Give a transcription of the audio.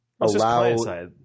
allow